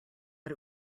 but